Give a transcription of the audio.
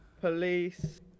Police